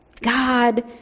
God